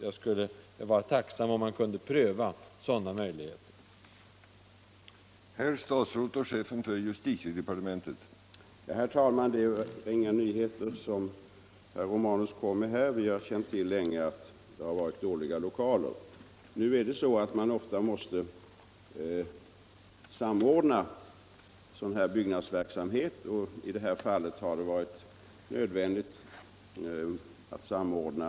Jag skulle vara tacksam, ifall sådana möjligheter kunde prövas.